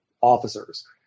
officers